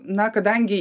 na kadangi